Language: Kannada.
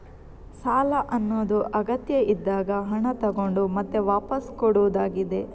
ಸಾಲ ಅನ್ನುದು ಅಗತ್ಯ ಇದ್ದಾಗ ಹಣ ತಗೊಂಡು ಮತ್ತೆ ವಾಪಸ್ಸು ಕೊಡುದಾಗಿದೆ